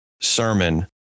sermon